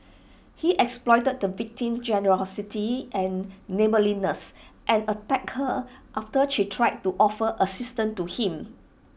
he exploited the victim's generosity and neighbourliness and attacked her after she tried to offer assistance to him